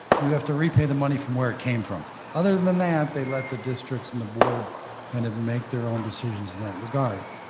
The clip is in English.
you have to repay the money from where it came from. other than than that, they let the districts and the board kind of make their own decisions in that regard.